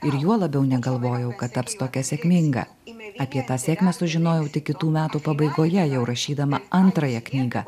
ir juo labiau negalvojau kad taps tokia sėkminga apie tą sėkmę sužinojau tik kitų metų pabaigoje jau rašydama antrąją knygą